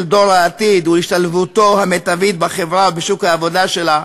דור העתיד ולהשתלבותו המיטבית בחברה ובשוק העבודה שלה,